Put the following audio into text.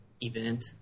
event